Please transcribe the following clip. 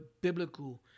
biblical